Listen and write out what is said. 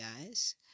guys